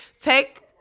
take